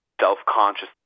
self-conscious